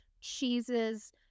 cheeses